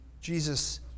Jesus